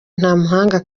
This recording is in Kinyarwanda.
ntamuhanga